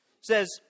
says